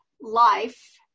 life